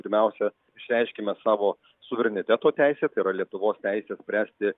pirmiausia išreiškiame savo suvereniteto teisę tai yra lietuvos teisę spręsti